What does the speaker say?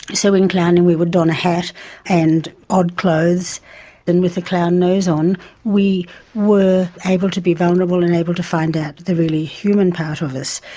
so in klowning and we would don a hat and odd clothes and with a clown nose on we were able to be vulnerable and able to find out the really human part of us.